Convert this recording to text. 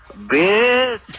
Bitch